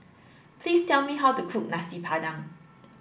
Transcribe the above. please tell me how to cook Nasi Padang